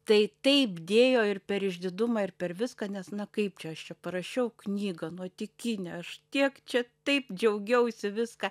tai taip dėjo ir per išdidumą ir per viską nes na kaip čia aš čia parašiau knygą nuotykinę aš tiek čia taip džiaugiausi viską